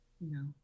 No